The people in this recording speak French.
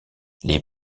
les